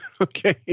Okay